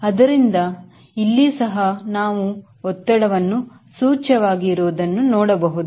ಅದರಿಂದ ಇಲ್ಲಿ ಸಹ ನೀವು ಒತ್ತಡವನ್ನು ಸೂಚ್ಯವಾಗಿ ಇರುವುದನ್ನು ನೋಡಬಹುದು